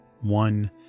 One